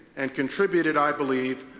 and contributed, i believe,